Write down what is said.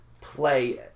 play